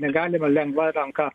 negalima lengva ranka